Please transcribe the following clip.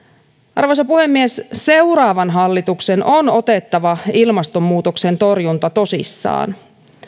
arvoisa puhemies seuraavan hallituksen on otettava ilmastonmuutoksen torjunta tosissaan